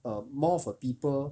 err more of a people